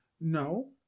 No